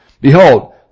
Behold